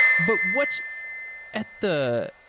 but what's at the